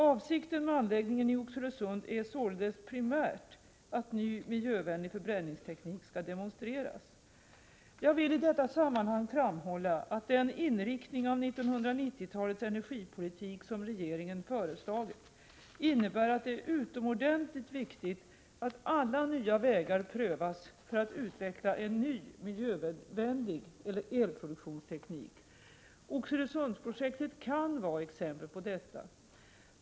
Avsikten med anläggningen i Oxelösund är således primärt att ny miljövänlig förbränningsteknik skall demonstreras. Jag vill i detta sammanhang framhålla att den inriktning av 1990-talets energipolitik som regeringen föreslagit innebär att det är utomordentligt viktigt att alla nya vägar prövas för att utveckla en ny miljövänlig elproduktionsteknik. Oxelösundsprojektet kan vara ett exempel på detta.